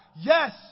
yes